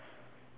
okay